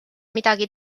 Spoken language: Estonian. midagi